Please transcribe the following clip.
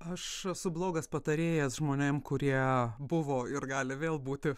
aš esu blogas patarėjas žmonėm kurie buvo ir gali vėl būti